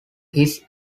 his